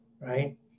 right